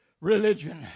religion